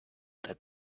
that